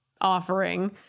offering